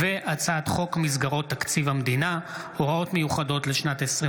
הצעת חוק מסגרות תקציב המדינה (הוראות מיוחדות לשנת 2025)